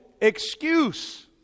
excuse